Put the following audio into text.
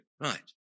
right